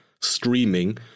streaming